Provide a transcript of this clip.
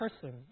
person